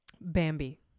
Bambi